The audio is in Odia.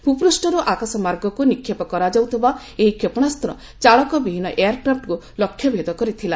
ଭୂପୃଷ୍ଠରୁ ଆକାଶ ମାର୍ଗକୁ ନିକ୍ଷେପ କରାଯାଉଥିବା ଏହି କ୍ଷେପଶାସ୍ତ୍ର ଚାଳକ ବିହନୀ ଏୟାର କ୍ରାଫୁକୁ ଲକ୍ଷ୍ୟଭେଦ କରିଥିଲା